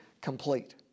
complete